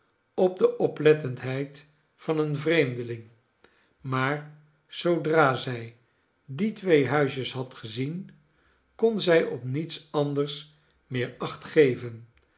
op de oplettendheid van een vreemdeling maar zoodra zij die twee huisjes had gezien kon zij op niets anders meer acht geven